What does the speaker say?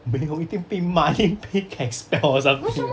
没有一定被骂一定被 expel or something